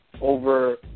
over